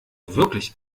wirklich